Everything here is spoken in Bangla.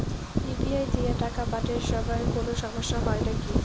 ইউ.পি.আই দিয়া টাকা পাঠের সময় কোনো সমস্যা হয় নাকি?